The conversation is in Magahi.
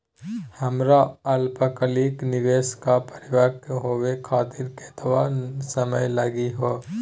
हमर अल्पकालिक निवेस क परिपक्व होवे खातिर केतना समय लगही हो?